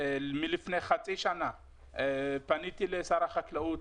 לפני חצי שנה פניתי לשר החקלאות,